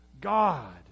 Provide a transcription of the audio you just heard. God